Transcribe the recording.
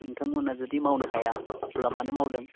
नोंथांमोना जुदि मावनो हाया अब्ला मानो मावदों